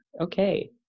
Okay